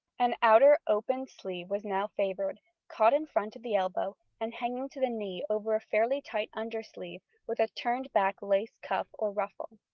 an outer opened sleeve was now favoured, caught in front at the elbow and hanging to the knee over a fairly tight undersleeve with a turned-back lace cuff or ruffle.